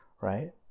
right